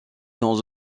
dans